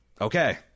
Okay